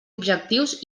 objectius